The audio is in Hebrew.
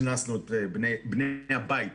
שהכנסנו את בני הבית.